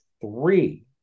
three